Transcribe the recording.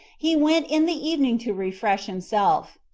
he went in the evening to refresh himself.